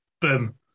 Boom